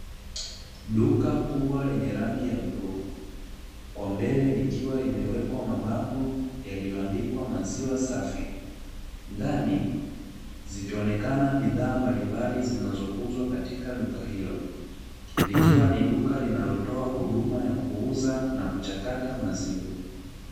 Duka kubwa lenye rangi ya bluu, kwa mbele likiwa limewekwa mabango yaliyoandikwa "maziwa safi". Ndani zikionekana bidhaa mbalimbali zinazouzwa katika duka hilo. Likiwa ni duka linalotoa huduma ya kuuza na kuchakata maziwa.